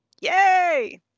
Yay